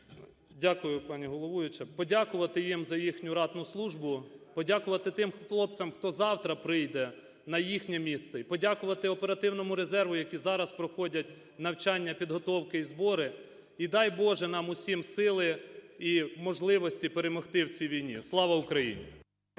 Дякую, пані головуюча. Подякувати їм за їхню ратну службу. Подякувати тим хлопцям, хто завтра прийде на їхнє місце. І подякувати оперативному резерву, які зараз проходять навчання, підготовки і збори. І дай, Боже, нам усім сили і можливості перемогти в цій війні. Слава Україні!